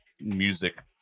music